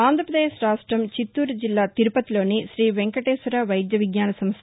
ఆంధ్రాపదేశ్ రాష్టం చిత్తారు జిల్లా తిరుపతిలోని శ్రీ వెంకటేశ్వర వైద్య విజ్ఞాన సంస్ట